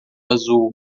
azul